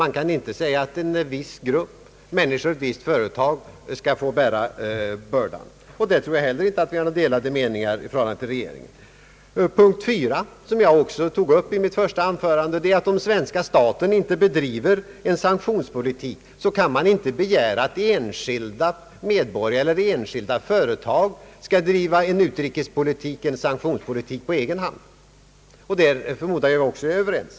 Det kan inte sägas att en viss grupp människor eller att människor i ett visst företag skall bära bördan. Jag tror inte heller att vi på denna punkt har någon annan mening än regeringen. Den fjärde punkten — som jag också tog upp i mitt första anförande — är att om svenska staten inte bedriver en sanktionspolitik, kan vi inte begära att enskilda medborgare eller enskilda företag skall driva sanktionspolitik på egen hand. Jag förmodar att vi också i det avseendet är överens.